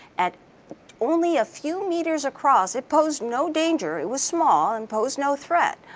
at only a few meters across, it posed no danger, it was small and posed no threat.